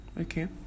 Okay